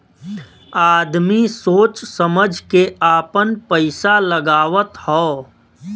आदमी सोच समझ के आपन पइसा लगावत हौ